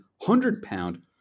hundred-pound